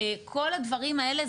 כל הדברים האלה,